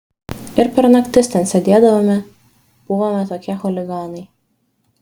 ir per naktis ten sėdėdavome buvome tokie chuliganai